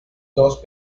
dos